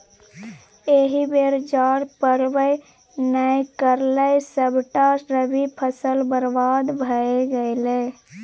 एहि बेर जाड़ पड़बै नै करलै सभटा रबी फसल बरबाद भए गेलै